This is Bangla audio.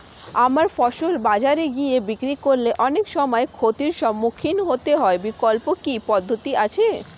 আমার ফসল বাজারে গিয়ে বিক্রি করলে অনেক সময় ক্ষতির সম্মুখীন হতে হয় বিকল্প কি পদ্ধতি আছে?